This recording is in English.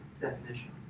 definition